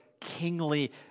kingly